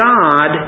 God